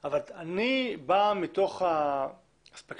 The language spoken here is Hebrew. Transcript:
אבל אני בא מתוך האספקלריה